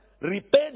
repent